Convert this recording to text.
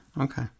Okay